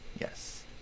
Yes